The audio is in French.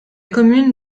commune